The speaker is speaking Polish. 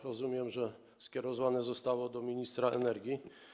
Rozumiem, że skierowane zostało do ministra energii.